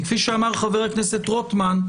כי כפי שאמר חבר הכנסת רוטמן,